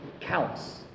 counts